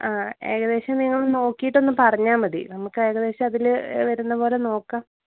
ആ ഏകദേശം നിങ്ങൾ നോക്കിയിട്ടൊന്ന് പറഞ്ഞാൽ മതി നമുക്ക് ഏകദേശം അതിൽ വരുന്ന പോലെ നോക്കാം